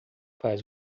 faz